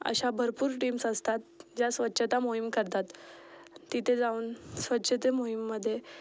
अशा भरपूर टीम्स असतात ज्या स्वच्छता मोहीम करतात तिथे जाऊन स्वच्छते मोहीममध्ये